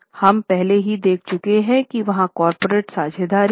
हम पहले ही देख चुके हैं कि वहाँ कॉर्पोरेट साझेदारी थी